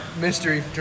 mystery